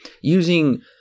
using